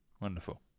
Wonderful